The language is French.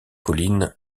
collines